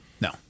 No